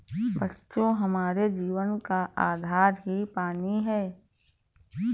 बच्चों हमारे जीवन का आधार ही पानी हैं